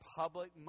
public